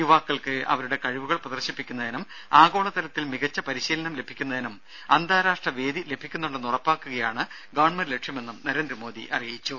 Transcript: യുവാക്കൾക്ക് അവരുടെ കഴിവുകൾ പ്രദർശിപ്പിക്കുന്നതിനും ആഗോളതലത്തിൽ മികച്ച പരിശീലനം ലഭിക്കുന്നതിനും അന്താരാഷ്ട്ര വേദി ലഭിക്കുന്നുണ്ടെന്ന് ഉറപ്പാക്കുകയാണ് ഗവൺമെന്റ് ലക്ഷ്യമെന്നും നരേന്ദ്രമോദി പറഞ്ഞു